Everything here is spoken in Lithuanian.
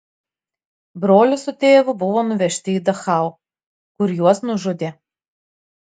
brolis su tėvu buvo nuvežti į dachau kur juos nužudė